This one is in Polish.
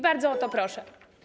Bardzo o to proszę.